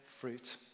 fruit